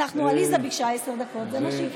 עליזה ביקשה עשר דקות, זה מה שהיא קיבלה.